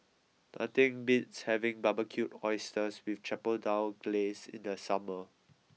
nothing beats having Barbecued Oysters with Chipotle Glaze in the summer